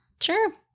Sure